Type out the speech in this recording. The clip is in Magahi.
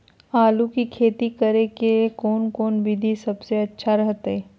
आलू की खेती करें के कौन कौन विधि सबसे अच्छा रहतय?